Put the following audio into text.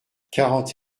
quarante